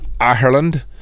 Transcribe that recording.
Ireland